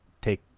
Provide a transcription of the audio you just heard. take